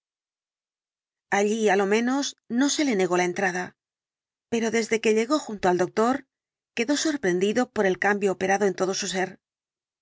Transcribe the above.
allí á lo menos no se le negó la entrada pero desde que llegó junto al doctor quedó sorprendido por el cambio operado en todo su ser